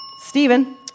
Stephen